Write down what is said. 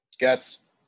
Guts